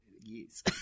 Yes